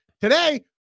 Today